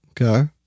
Okay